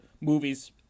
movies